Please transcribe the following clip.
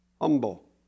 Humble